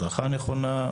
הדרכה נכונה,